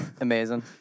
Amazing